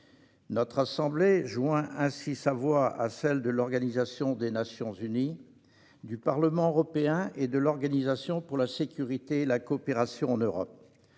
Notre assemblée joint ainsi sa voix à celles de l'ONU, du Parlement européen et de l'Organisation pour la sécurité et la coopération en Europe